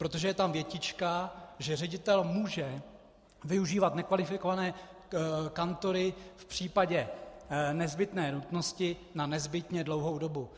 Protože je tam větička, že ředitel může využívat nekvalifikované kantory v případě nezbytné nutnosti na nezbytně dlouhou dobu.